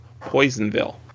Poisonville